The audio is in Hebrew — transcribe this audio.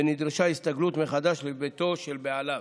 ונדרשה לו הסתגלות מחדש לביתו של בעליו.